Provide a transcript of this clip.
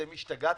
אתם השתגעתם?